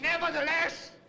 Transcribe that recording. Nevertheless